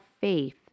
faith